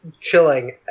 chilling